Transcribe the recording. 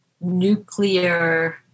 nuclear